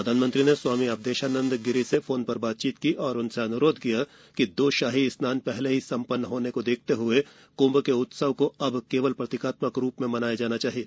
प्रधानमंत्री ने स्वामी अवधेशानंद गिरी से फोन पर बातचीत की और उनसे अन्रोध किया कि दो शाही स्नान पहले ही संपन्न होने को देखते हुए क्ंभ के उत्सव को केवल प्रतीकात्मक रूप में मनाया जाना चाहिए